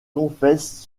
confesse